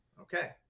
Okay